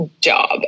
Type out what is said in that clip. job